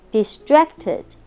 Distracted